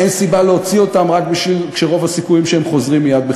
אין סיבה להוציא אותם כשרוב הסיכויים שהם חוזרים מייד.